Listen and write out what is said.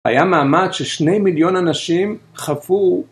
היה מעמד ששני מיליון אנשים חלפו